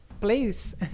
Please